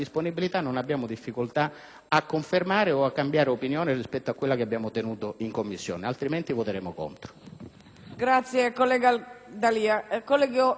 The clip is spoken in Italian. a confermare o a cambiare opinione rispetto a quella tenuta in Commissione. Altrimenti, voteremo contro